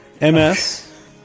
MS